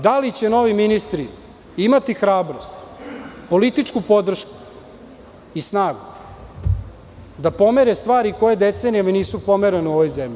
Da li će novi ministri imati hrabrost, političku podršku i snagu da pomere stvari koje decenijama nisu pomerene u ovoj zemlji?